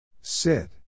Sit